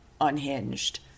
unhinged